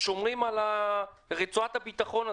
שומרים על רצועת הבטחון הזאת,